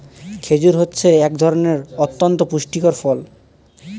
খেজুর হচ্ছে এক ধরনের অতন্ত পুষ্টিকর ফল